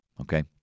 okay